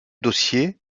dossiers